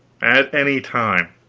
at any time.